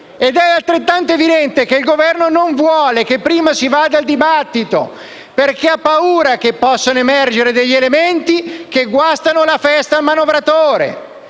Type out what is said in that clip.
Ed è altrettanto evidente che il Governo non vuole che si svolga prima il dibattito perché ha paura che possano emergere degli elementi che guastano la festa al manovratore,